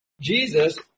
jesus